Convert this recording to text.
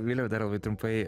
viliau dar labai trumpai